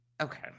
Okay